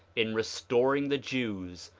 in restoring the jews,